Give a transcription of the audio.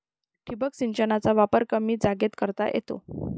ठिबक सिंचनाचा वापर कमी जागेत करता येतो